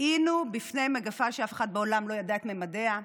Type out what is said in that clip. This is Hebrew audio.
היינו בפני מגפה שאף אחד בעולם לא ידע את ממדיה,